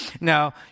Now